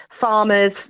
farmers